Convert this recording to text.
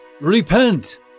Repent